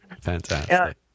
Fantastic